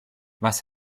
was